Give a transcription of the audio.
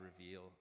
reveal